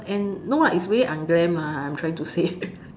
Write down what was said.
and no lah is very unglam mah I'm trying to say